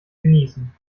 genießen